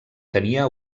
tenia